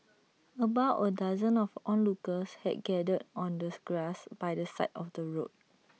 about A dozen of onlookers had gathered on the grass by the side of the road